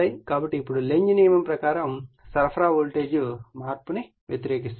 కాబట్టి ఇప్పుడు లెంజ్ నియమం ప్రకారం సరఫరా వోల్టేజ్ మార్పును వ్యతిరేకిస్తుంది